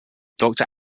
doctor